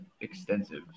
extensive